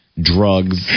drugs